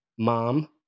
Mom